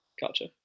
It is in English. Gotcha